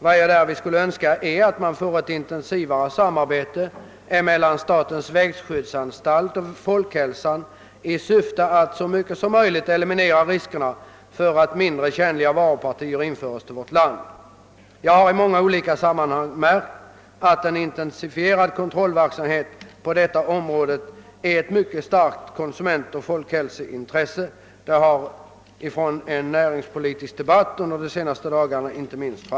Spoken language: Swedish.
Vad jag därvidlag skulle önska är att man får ett intensivare samarbete mellan statens växtskyddsanstalt och statens institut för folkhälsan i syfte att så mycket som möjligt eliminera riskerna för att mindre tjänliga varupartier införes till vårt land. Jag har i många olika sammanhang märkt att en intensifierad kontrollverksamhet på detta område är ett mycket starkt konsumentoch folkhälsointresse; detta har inte minst framgått av en näringspolitisk debatt under de senaste dagarna.